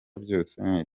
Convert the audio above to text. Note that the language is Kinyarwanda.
byose